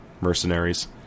mercenaries